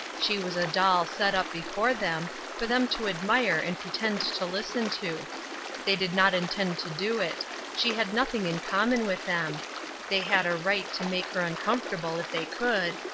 she was a doll set up before them for them to admire and pretend to listen to they did not intend to do it she had nothing in common with them they had a right to make her uncomfortable if they could,